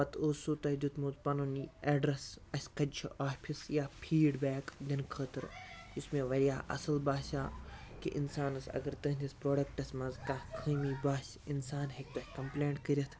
پَتہٕ اوسوٕ تۄہہِ دیُتمُت پَنُن یہِ ایٚڈرس اَسہِ کَتہِ چھُ آفیِس یا فیٖڈ بیک دِنہٕ خٲطرٕ یُس مےٚ واریاہ اَصٕل باسیٚو کہِ اِنسانَس اگر تُہٕنٛدِس پرٛوڈَکٹَس مَنٛز کانٛہہ خٲمی باسہِ اِنسان ہیٚکہِ تۄہہِ کَمپلینٛٹ کٔرِتھ